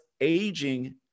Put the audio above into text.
aging